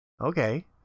Okay